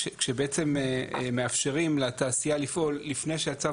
כשבעצם מאפשרים לתעשייה לפעול לפני שהצו